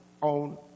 on